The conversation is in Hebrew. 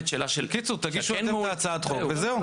בקיצור, תגישו אתם את הצעת החוק וזהו.